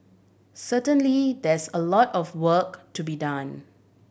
certainly there's a lot of work to be done